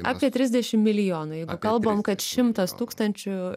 apie trisdešim milijonų jeigu kalbam kad šimtas tūkstančių